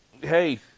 Hey